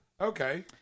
Okay